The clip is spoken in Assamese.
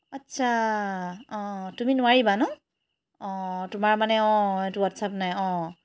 আচ্ছা অঁ অঁ তুমি নোৱাৰিবা ন অঁ তোমাৰ মানে অঁ এইটোত হোৱাটছএপ নাই অঁ